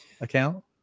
account